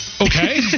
Okay